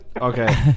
Okay